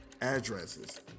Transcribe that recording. addresses